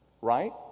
right